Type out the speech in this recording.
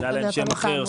שהיה להם שם אחר,